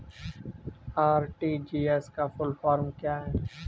RTGS का full form क्या है?